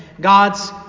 God's